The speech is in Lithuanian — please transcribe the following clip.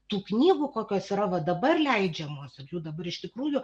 tų knygų kokios yra va dabar leidžiamos at jų dabar iš tikrųjų